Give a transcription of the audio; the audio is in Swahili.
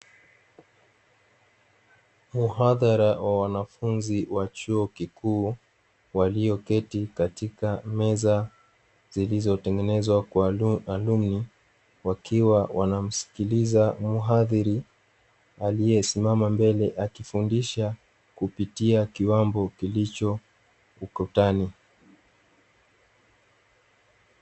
Muhadhara wa wanafunzi wa chuo kikuu walioketi katika meza zilizotengenezwa kwa alumni wakiwa wanamsikiliza mhadhiri aliyesimama mbele akifundisha kupitia kiwanbo kilicho ukutani.